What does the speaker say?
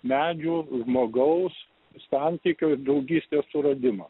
medžių žmogaus santykio ir draugystės suradimą